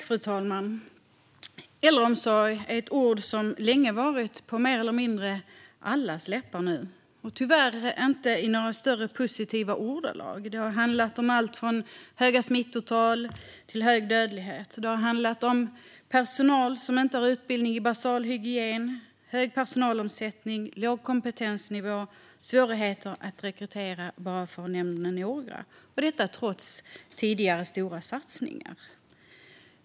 Fru talman! "Äldreomsorg" är ett ord som länge varit mer eller mindre på allas läppar nu, tyvärr inte i några särskilt positiva ordalag. Det har handlat om allt från höga smittotal till hög dödlighet. Det har handlat om personal som inte har utbildning i basal hygien. Det har handlat om hög personalomsättning, låg kompetensnivå och svårigheter att rekrytera, bara för att nämna något, och detta trots tidigare stora satsningar.